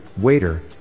Waiter